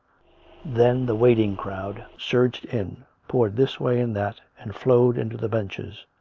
then the waiting crowd surged in, poured this way and that, and flowed into the benches,